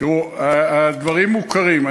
הדברים מוכרים.